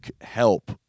help